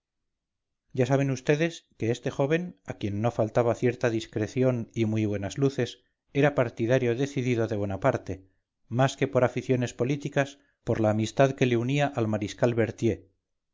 ya saben vds que este joven a quien no faltaba cierta discreción y muy buenas luces era partidario decidido de bonaparte más que por aficiones políticas por la amistad que le unía al mariscal